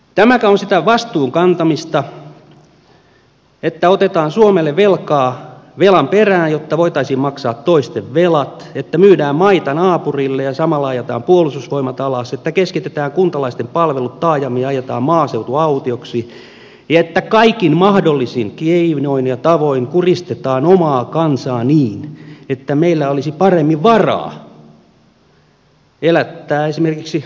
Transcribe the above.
tämäkö on sitä vastuun kantamista että otetaan suomelle velkaa velan perään jotta voitaisiin maksaa toisten velat että myydään maita naapurille ja samalla ajetaan puolustusvoimat alas että keskitetään kuntalaisten palvelut taajamiin ja ajetaan maaseutu autioksi ja että kaikin mahdollisin keinoin ja tavoin kuristetaan omaa kansaa niin että meillä olisi paremmin varaa elättää esimerkiksi elintasopakolaisia